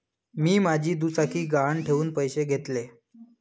मी माझी दुचाकी गहाण ठेवून पैसे घेतले